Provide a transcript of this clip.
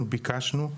אנחנו ביקשנו,